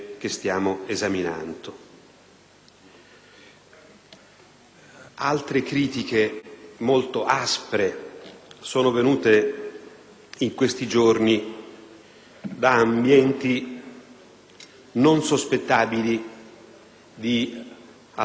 Altre critiche, molto aspre, sono venute in questi giorni da ambienti non sospettabili di alcuna parzialità.